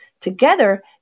Together